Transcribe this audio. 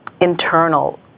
internal